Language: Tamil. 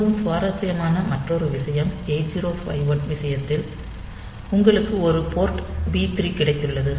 மிகவும் சுவாரஸ்யமான மற்றொரு விஷயம் 8051 விஷயத்தில் உங்களுக்கு ஒரு போர்ட் பி3 கிடைத்துள்ளது